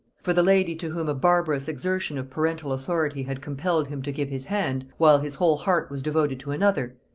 for the lady to whom a barbarous exertion of parental authority had compelled him to give his hand, while his whole heart was devoted to another,